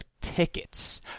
tickets